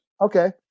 Okay